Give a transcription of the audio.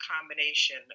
combination